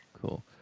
cool